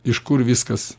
iš kur viskas